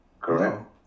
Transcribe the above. Correct